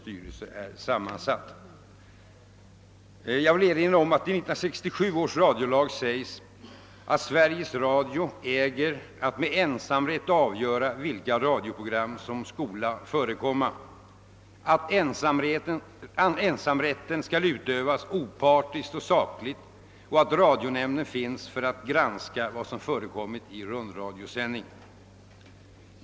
Jag vill erinra om att det i 1967 års radiolag framhålls, att Sveriges Radio äger att med ensamrätt avgöra vilka radioprogram som skall förekomma, att ensamrätten skall utövas opartiskt och sakligt och att radionämnden finns för att granska vad som förekommit i rundradiosändning.